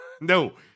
no